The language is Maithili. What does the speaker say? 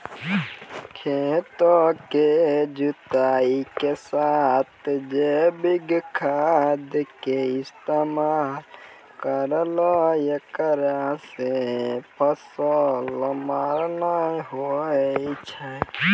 खेतों के जुताई के साथ जैविक खाद के इस्तेमाल करहो ऐकरा से फसल मार नैय होय छै?